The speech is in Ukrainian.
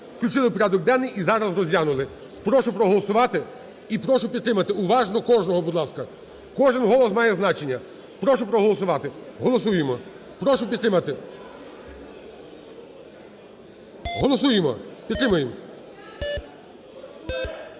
включили в порядок денний і зараз розглянули. Прошу проголосувати і прошу підтримати уважно кожного, будь ласка. Кожен голос має значення. Прошу проголосувати. Голосуємо. Прошу підтримати. Голосуємо. Підтримуєм.